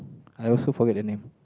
I also forget the name